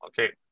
Okay